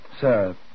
Sir